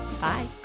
Bye